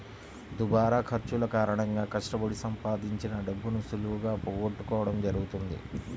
దుబారా ఖర్చుల కారణంగా కష్టపడి సంపాదించిన డబ్బును సులువుగా పోగొట్టుకోడం జరుగుతది